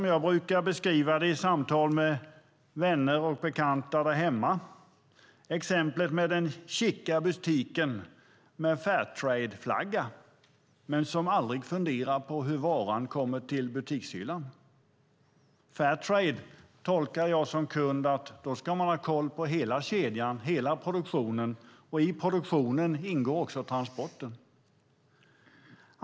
Jag brukar i samtal med vänner och bekanta där hemma beskriva det genom exemplet med den chica butiken som har en Fairtradeflagga men aldrig funderar på hur varan kommer till butikshyllan. Fairtrade tolkar jag som kund som att man ska ha koll på hela kedjan - hela produktionen. I produktionen ingår också transporten.